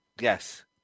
Yes